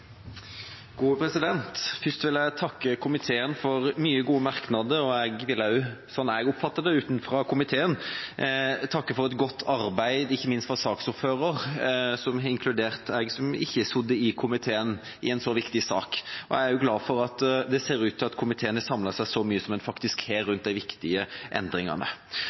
vil jeg takke komiteen for mange gode merknader, og jeg vil også – slik jeg oppfatter det utenfor komiteen – takke for et godt arbeid, ikke minst fra saksordføreren, som har inkludert meg som ikke har sittet i komiteen, i en så viktig sak. Jeg er også glad for at det ser ut til at komiteen har samlet seg så mye som den faktisk har, rundt de viktige endringene,